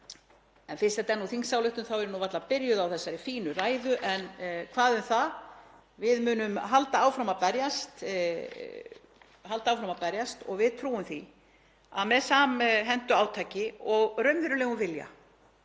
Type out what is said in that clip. Fyrst þetta er þingsályktunartillaga er ég nú varla byrjuð á þessari fínu ræðu. En hvað um það, við munum halda áfram að berjast og við trúum því að með samhentu átaki og raunverulegum vilja